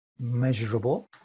measurable